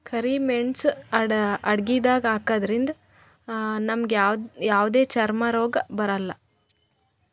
ಕರಿ ಮೇಣ್ಸ್ ಅಡಗಿದಾಗ್ ಹಾಕದ್ರಿಂದ್ ನಮ್ಗ್ ಯಾವದೇ ಚರ್ಮ್ ರೋಗ್ ಬರಲ್ಲಾ